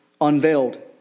Unveiled